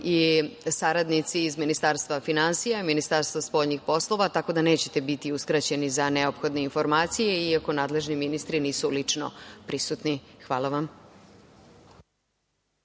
i saradnici iz Ministarstva finansija i Ministarstva spoljnih poslova, tako da nećete biti uskraćeni za neophodne informacije iako nadležni ministri nisu lično prisutni. Hvala vam.